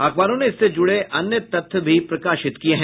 अखबारों ने इससे जुड़े अन्य तथ्य भी प्रकाशित किये हैं